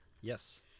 Yes